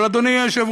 אבל, אדוני היושב-ראש,